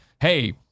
hey